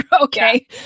Okay